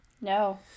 No